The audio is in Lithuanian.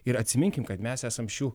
ir atsiminkim kad mes esam šių